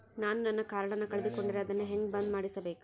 ನಾನು ನನ್ನ ಕಾರ್ಡನ್ನ ಕಳೆದುಕೊಂಡರೆ ಅದನ್ನ ಹೆಂಗ ಬಂದ್ ಮಾಡಿಸಬೇಕು?